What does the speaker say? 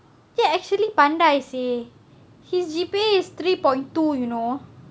he actually pandai seh his G_P_A is three point two you know